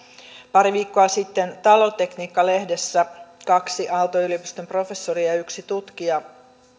pari viikkoa sitten talotekniikka lehdessä kaksi aalto yliopiston professoria ja yksi tutkija